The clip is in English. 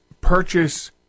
purchase